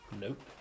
Nope